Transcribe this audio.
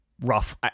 rough